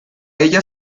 ella